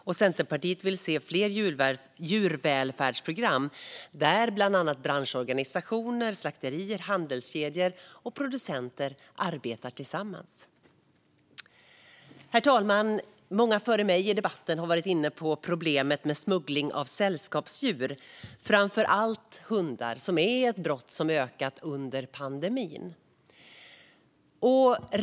Centerpartiet vill se fler djurvälfärdsprogram, där bland annat branschorganisationer, slakterier, handelskedjor och producenter arbetar tillsammans. Herr talman! Många har före mig i debatten varit inne på problemet med smuggling av sällskapsdjur, framför allt hundar. Detta är ett brott som ökat under pandemin.